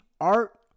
art